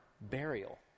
burial